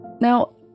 Now